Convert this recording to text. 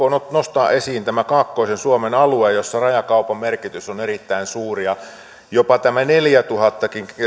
on pakko nostaa esiin kaakkoisen suomen alue missä rajakaupan merkitys on erittäin suuri ja jopa neljätuhattakin